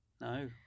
No